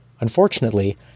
Unfortunately